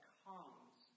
comes